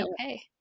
okay